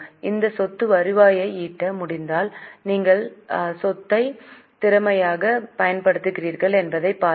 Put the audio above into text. அந்தச் சொத்து வருவாயை ஈட்ட முடிந்தால் நீங்கள் சொத்தை எவ்வளவு திறமையாகப் பயன்படுத்துகிறீர்கள் என்பதைப் பாருங்கள்